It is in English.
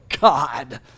God